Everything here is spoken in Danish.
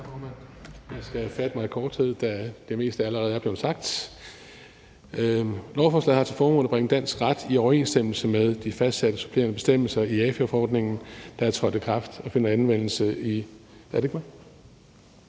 Jeg skal fatte mig i korthed, da det meste allerede er blevet sagt. Lovforslaget har til formål at bringe dansk ret i overensstemmelse med de fastsatte supplerende bestemmelser i AFI-forordningen, der er trådt i kraft. Helt konkret